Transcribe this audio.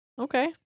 Okay